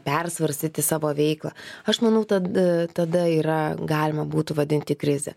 persvarstyti savo veiklą aš manau tad tada yra galima būtų vadinti krize